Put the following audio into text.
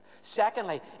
Secondly